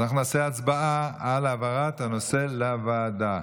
אנחנו נעשה הצבעה על העברת הנושא לוועדה.